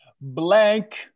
Blank